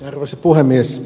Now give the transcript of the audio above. arvoisa puhemies